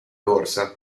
corsa